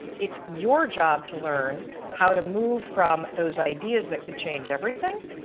it's your job to learn how to move from those ideas that could change everything